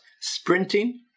sprinting